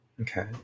okay